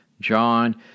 John